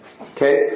Okay